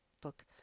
book